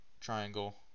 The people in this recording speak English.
triangle